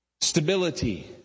stability